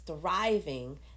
thriving